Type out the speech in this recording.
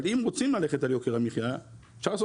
אבל אם רוצים ללכת על יוקר המחיה אפשר לעשות